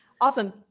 Awesome